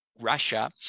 Russia